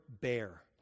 bear